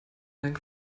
dank